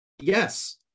Yes